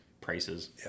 prices